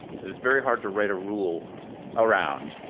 is very hard to write a rule around.